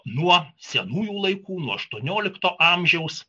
nuo senųjų laikų nuo aštuoniolikto amžiaus